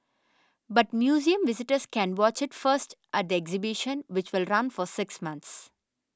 but museum visitors can watch it first at the exhibition which will run for six months